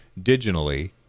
digitally